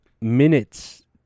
minutes